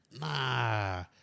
Nah